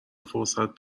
فرصت